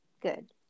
good